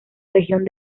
región